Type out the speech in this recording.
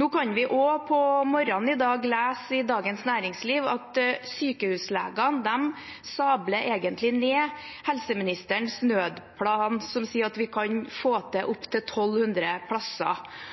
På morgenen i dag kunne vi også lese i Dagens Næringsliv at sykehuslegene egentlig sabler ned helseministerens nødplan som sier at vi kan få til opptil 1 200 plasser.